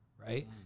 right